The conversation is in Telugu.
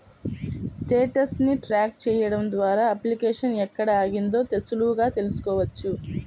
స్టేటస్ ని ట్రాక్ చెయ్యడం ద్వారా అప్లికేషన్ ఎక్కడ ఆగిందో సులువుగా తెల్సుకోవచ్చు